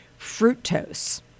Fructose